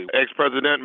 Ex-President